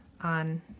on